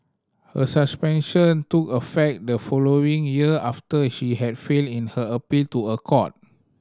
her suspension took effect the following year after she had failed in her appeal to a court